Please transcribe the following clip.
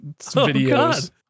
videos